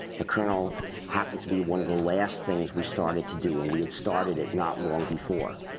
the kernel happened to be one of the last things we started to do and we had started it not long before.